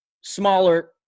smaller